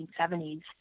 1970s